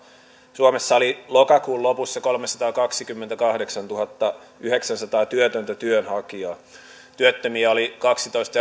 suomessa oli lokakuun lopussa kolmesataakaksikymmentäkahdeksantuhattayhdeksänsataa työtöntä työnhakijaa työttömiä oli kaksitoista